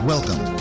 Welcome